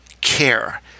care